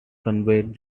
conveyed